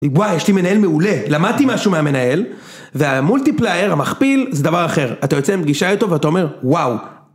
וואי, יש לי מנהל מעולה, למדתי משהו מהמנהל והמולטיפלייר המכפיל זה דבר אחר, אתה יוצא עם פגישה איתו ואתה אומר וואו